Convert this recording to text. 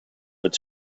its